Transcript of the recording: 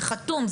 זה חתום,